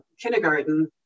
kindergarten